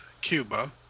Cuba